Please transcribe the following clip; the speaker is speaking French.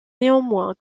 néanmoins